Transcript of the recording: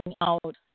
out